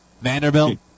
Vanderbilt